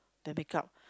the makeup